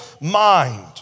mind